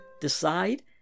decide